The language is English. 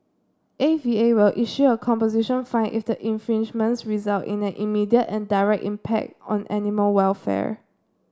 A V A will issue a composition fine if the infringements result in an immediate and direct impact on animal welfare